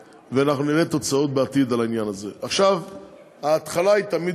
ואנחנו נראה בעתיד תוצאות של העניין הזה.